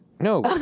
No